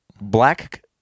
Black